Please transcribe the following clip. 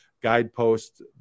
guideposts